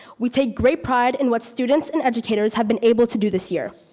we take great pride in what students and educators have been able to do this year.